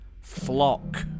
Flock